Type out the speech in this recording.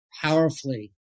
powerfully